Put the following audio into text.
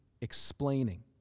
explaining